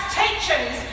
teachers